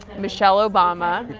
michelle obama.